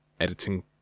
editing